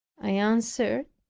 i answered,